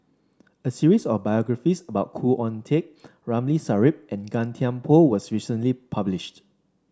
a series of biographies about Khoo Oon Teik Ramli Sarip and Gan Thiam Poh was recently published